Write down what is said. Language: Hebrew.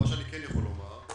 מה שאני כן יכול לומר,